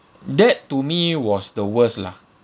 that to me was the worst lah